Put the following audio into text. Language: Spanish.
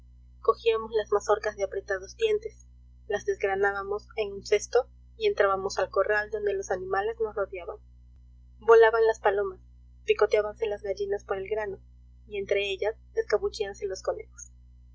cogíamos las mazorcas de apretados dientes las desgranábamos en un cesto y entrábamos al corral donde los animales nos rodeaban volaban las palomas picoteábanse las gallinas por el grano y entre ella escabullíanse loa conejos